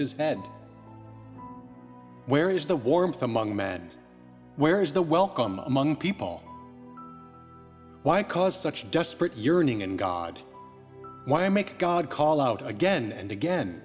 his bed where is the warmth among men where is the welcome among people why cause such a desperate yearning in god why make god call out again and again